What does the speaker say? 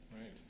right